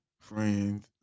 friends